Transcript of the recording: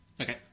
Okay